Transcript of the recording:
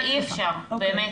אי אפשר, באמת.